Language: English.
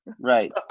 right